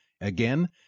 Again